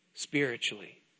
Spiritually